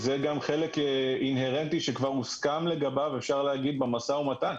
זה גם חלק אינהרנטי שכבר הוסכם במשא ומתן.